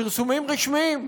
פרסומים רשמיים,